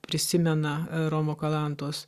prisimena romo kalantos